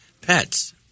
pets